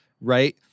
right